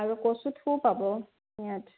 আৰু কচুথুৰ পাব ইয়াত